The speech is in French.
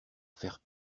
faire